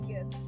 Yes